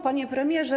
Panie Premierze!